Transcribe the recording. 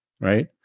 right